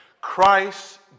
Christ